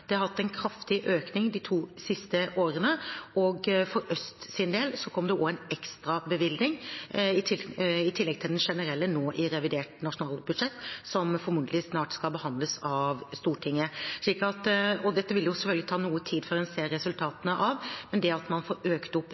Det har hatt en kraftig økning de to siste årene, og for Øst politidistrikt sin del kom det også en ekstra bevilgning i tillegg til den generelle, nå i revidert nasjonalbudsjett, som formodentlig snart skal behandles av Stortinget. Det vil selvfølgelig ta noe tid før en ser resultatene av dette. Men det at man får økt